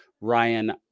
Ryan